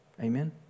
Amen